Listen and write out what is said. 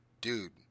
dude